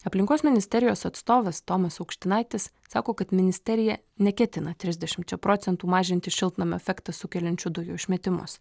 aplinkos ministerijos atstovas tomas aukštinaitis sako kad ministerija neketina trisdešimčia procentų mažinti šiltnamio efektą sukeliančių dujų išmetimus